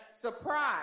Surprise